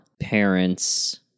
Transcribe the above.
parents